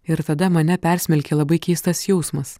ir tada mane persmelkė labai keistas jausmas